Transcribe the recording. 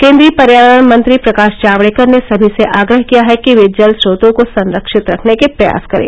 केंद्रीय पर्यावरण मंत्री प्रकाश जावड़ेकर ने सभी से आग्रह किया है कि वे जल स्रोतों को संरक्षित रखने के प्रयास करें